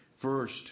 First